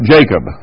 Jacob